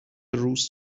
روز